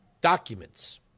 documents